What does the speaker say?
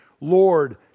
Lord